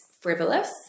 frivolous